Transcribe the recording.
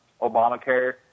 Obamacare